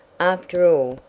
after all,